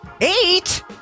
Eight